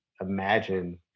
imagine